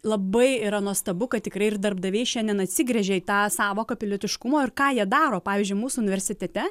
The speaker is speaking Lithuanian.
labai yra nuostabu kad tikrai ir darbdaviai šiandien atsigręžia į tą sąvoką pilietiškumo ir ką jie daro pavyzdžiui mūsų universitete